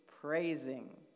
praising